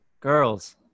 girls